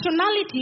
functionality